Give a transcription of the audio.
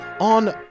on